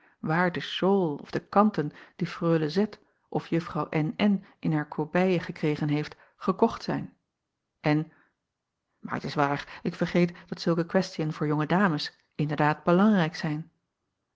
waar de shawl of de kanten die reule of uffrouw in haar corbeille gekregen heeft gekocht zijn en maar t is waar ik vergeet dat zulke questiën voor jonge dames inderdaad belangrijk zijn